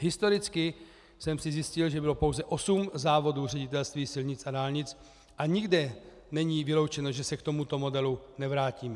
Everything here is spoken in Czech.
Historicky jsem si zjistil, že bylo pouze 8 závodů Ředitelství silnic a dálnic, a nikde není vyloučeno, že se k tomuto modelu nevrátíme.